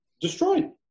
destroyed